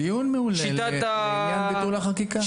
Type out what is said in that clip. דיון מעולה לעניין ביטול החקיקה.